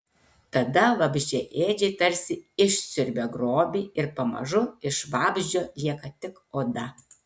tada vabzdžiaėdžiai tarsi išsiurbia grobį ir pamažu iš vabzdžio lieka tik oda